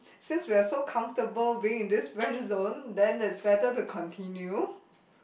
since we're so comfortable being in this Friendzone then that's better to continue